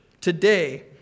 today